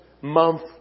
month